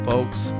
Folks